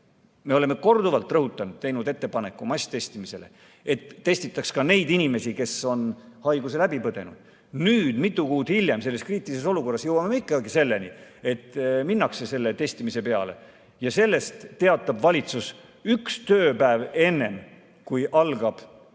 Me oleme korduvalt teinud ettepaneku masstestimiseks, et testitaks ka neid inimesi, kes on haiguse läbi põdenud. Nüüd, mitu kuud hiljem jõuame selles kriitilises olukorras ikkagi selleni, et minnakse testimise peale. Sellest teatab valitsus üks tööpäev enne, kui algab järgmine